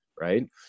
right